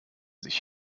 sich